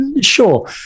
sure